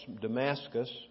Damascus